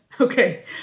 Okay